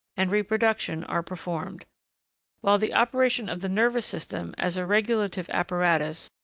and reproduction are performed while the operation of the nervous system, as a regulative apparatus,